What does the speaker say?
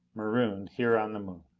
marooned here on the moon!